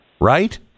Right